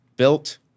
Built